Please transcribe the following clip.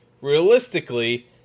realistically